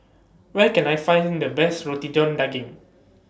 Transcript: Where Can I Find The Best Roti John Daging